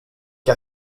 che